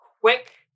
quick